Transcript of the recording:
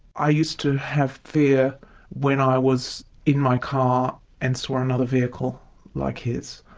i used to have fear when i was in my car and saw another vehicle like his.